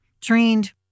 Trained